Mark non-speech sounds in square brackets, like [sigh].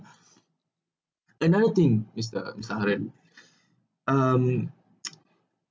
another thing is uh mister haren um [noise]